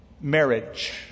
Marriage